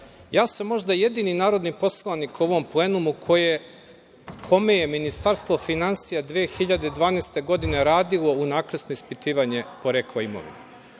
da sam možda jedini narodni poslanik u ovom plenumu kome je Ministarstvo finansija 2012. godine radilo unakrsno ispitivanje porekla imovine? Zašto